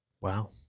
Wow